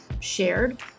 shared